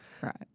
right